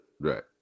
Right